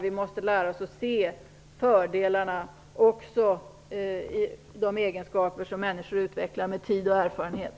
Vi måste lära oss att se fördelarna också med de egenskaper som människor utvecklar med tid och erfarenhet.